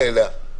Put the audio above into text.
להגיע להכרעה הזאת.